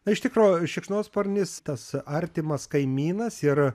iš tikro šikšnosparnis tas artimas kaimynas ir